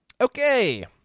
Okay